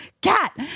cat